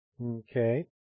Okay